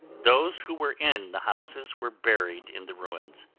those who were in the houses were buried in the ruins.